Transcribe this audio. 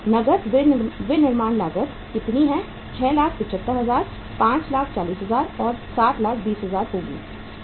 नकद विनिर्माण लागत कितनी है 675000 540000 और 720000 रु